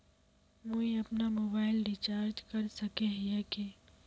हम अपना mobile recharge कर सकय हिये की?